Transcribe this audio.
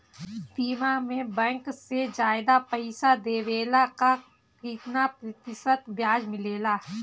बीमा में बैंक से ज्यादा पइसा देवेला का कितना प्रतिशत ब्याज मिलेला?